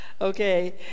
okay